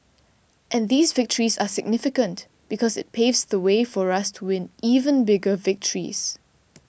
and these victories are significant because it paves the way for us to win even bigger victories